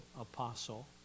apostle